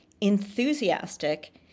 enthusiastic